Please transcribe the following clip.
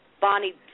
Bonnie